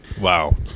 Wow